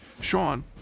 Sean